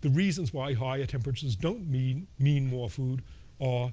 the reasons why higher temperatures don't mean mean more food are